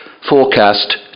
forecast